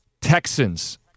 Texans